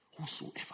whosoever